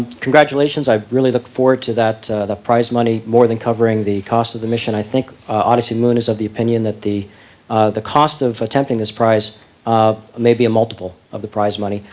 congratulations, i really look forward to that prize money more than covering the cost of the mission. i think odyssey moon is of the opinion that the the cost of attempting this prize um maybe a multiple of the prize money.